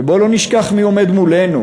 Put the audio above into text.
ובואו לא נשכח מי עומד מולנו.